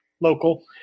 Local